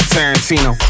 Tarantino